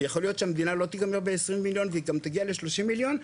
יכול להיות שהמדינה לא תגמר בעשרים מיליון והיא גם תגיע לשלושים מיליון.